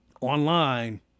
online